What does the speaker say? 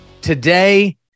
today